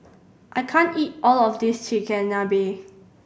I can't eat all of this Chigenabe